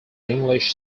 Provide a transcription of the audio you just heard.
english